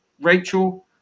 Rachel